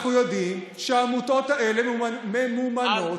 אנחנו יודעים שהעמותות האלה ממומנות,